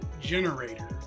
generator